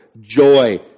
joy